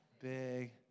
big